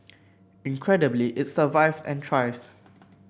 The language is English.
incredibly it survived and thrives